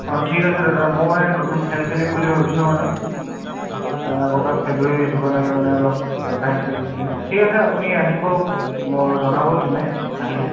অ ঠিক আছে দাদা মই মানে নতুন খেল খেলিম বুলি ভাবিছোঁ মানে এ আগৰ পৰা খেলোঁৱেই সেইটো কাৰণে মানে অলপ এডভাইচ লাগিছিলে ঠিক আছে আপুনি আহিব ম জনাব তেনে আহিলে